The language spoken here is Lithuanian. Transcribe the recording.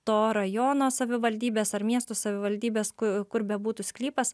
to rajono savivaldybės ar miesto savivaldybės ku kur bebūtų sklypas